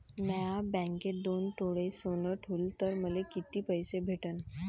म्या बँकेत दोन तोळे सोनं ठुलं तर मले किती पैसे भेटन